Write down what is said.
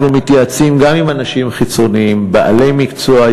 אנחנו מתייעצים גם עם אנשים חיצוניים, בעלי